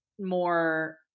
more –